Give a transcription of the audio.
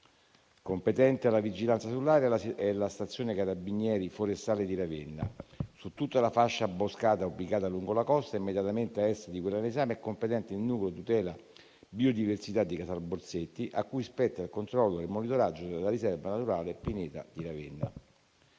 Competente alla vigilanza sull'area è la stazione dei Carabinieri forestali di Ravenna. Su tutta la fascia boscata ubicata lungo la costa, immediatamente a est di quella all'esame, è competente il Nucleo tutela biodiversità di Casalborsetti, a cui spetta il controllo e il monitoraggio della riserva naturale Pineta di Ravenna.